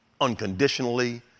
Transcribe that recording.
unconditionally